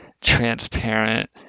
transparent